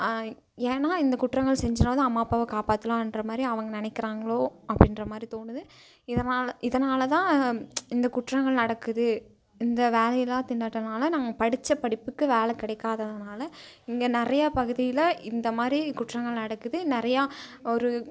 ஏன்னா இந்த குற்றங்கள் செஞ்சினால் தான் அம்மா அப்பாவை காப்பாற்றலான்ற மாதிரி அவங்க நினைக்கிறாங்ளோ அப்படின்ற மாதிரி தோணுது இதனால் இதனால் தான் இந்த குற்றங்கள் நடக்குது இந்த வேலையில்லா திண்டாட்டம்னால் நாங்கள் படித்த படிப்புக்கு வேலை கிடைக்காததுனால இங்கே நிறையா பகுதியில் இந்த மாதிரி குற்றங்கள் நடக்குது நிறையா ஒரு